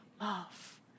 love